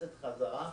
נכנסת חזרה,